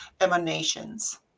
emanations